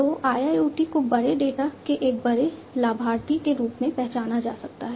तो IIoT को बड़े डेटा के एक बड़े लाभार्थी के रूप में पहचाना जा सकता है